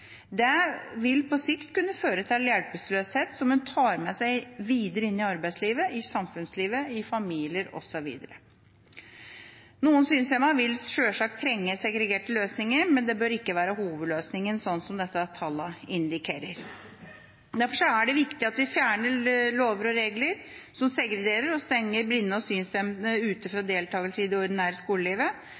Det vil på sikt kunne føre til hjelpeløshet, som en tar med seg videre inn i arbeidslivet, i samfunnslivet, i familien osv. Noen synshemmede vil sjølsagt trenge segregerte løsninger, men det bør ikke være hovedløsningen, sånn som disse tallene indikerer. Derfor er det viktig at vi fjerner lover og regler som segregerer og stenger blinde og synshemmede ute fra deltakelse i det ordinære skolelivet,